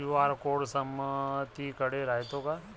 QR code समदीकडे रायतो का?